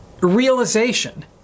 realization